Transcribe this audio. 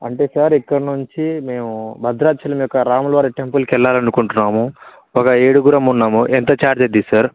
అంటే సార్ ఇక్కడి నుంచి మేము భద్రాచలం యొక్క రాములవారి టెంపుల్కి వెళ్ళాలనుకుంటున్నాము ఒక ఏడుగురం ఉన్నాము ఎంత ఛార్జ్ అవుతుంది సార్